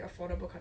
mmhmm